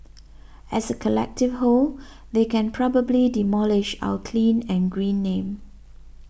as a collective whole they can probably demolish our clean and green name